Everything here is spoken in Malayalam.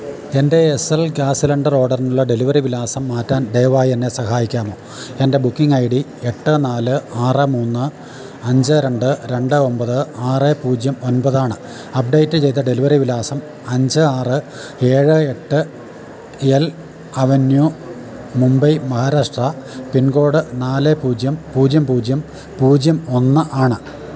എൻ്റെ എസ് എൽ ഗ്യാസ് സിലിണ്ടർ ഓർഡറിനുള്ള ഡെലിവറി വിലാസം മാറ്റാൻ ദയവായി എന്നെ സഹായിക്കാമോ എൻ്റെ ബുക്കിംഗ് ഐ ഡി എട്ട് നാല് ആറ് മൂന്ന് അഞ്ച് രണ്ട് രണ്ട് ഒൻപത് ആറ് പൂജ്യം ഒൻപത് ആണ് അപ്ഡേറ്റ് ചെയ്ത ഡെലിവറി വിലാസം അഞ്ച് ആറ് ഏഴ് എട്ട് L avenue Mumbai Maharashtra pin code നാല് പൂജ്യം പൂജ്യം പൂജ്യം പൂജ്യം ഒന്ന് ആണ്